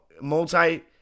multi